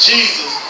Jesus